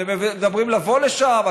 אתם מדברים על לבוא לשם,